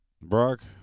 brock